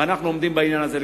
ואנחנו עומדים בעניין הזה.